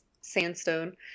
sandstone